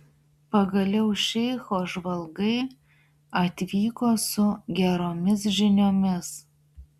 pagaliau šeicho žvalgai atvyko su geromis žiniomis